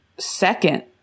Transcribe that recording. second